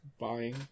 buying